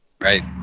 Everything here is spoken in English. Right